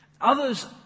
Others